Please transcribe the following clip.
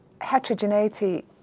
heterogeneity